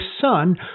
son